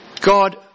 god